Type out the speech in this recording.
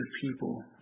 people